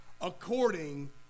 according